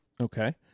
Okay